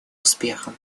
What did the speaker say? успехом